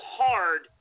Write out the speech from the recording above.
hard